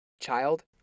child